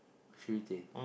so we change